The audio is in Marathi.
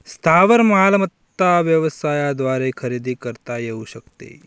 स्थावर मालमत्ता व्यवसायाद्वारे खरेदी करता येऊ शकते